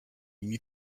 need